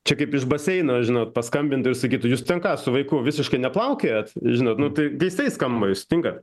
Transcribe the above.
čia kaip iš baseino žinot paskambintų ir sakytų jūs ten ką su vaiku visiškai neplaukiojat žinot nu tai keistai skamba jūs sutinkat